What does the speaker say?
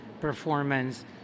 performance